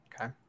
Okay